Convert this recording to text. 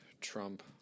Trump